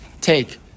take